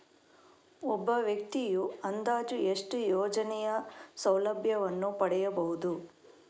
ಒಬ್ಬ ವ್ಯಕ್ತಿಯು ಅಂದಾಜು ಎಷ್ಟು ಯೋಜನೆಯ ಸೌಲಭ್ಯವನ್ನು ಪಡೆಯಬಹುದು?